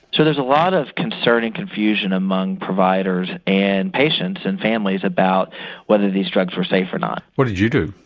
so there's a lot of concern and confusion among providers and patients and families about whether these drugs are safe of not. what did you do?